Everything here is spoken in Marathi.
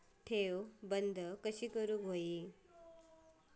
ठेव बंद कशी करायची?